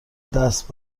دست